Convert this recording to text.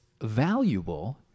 valuable